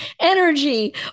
energy